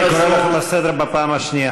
אני קורא אותך לסדר פעם שנייה.